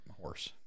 horse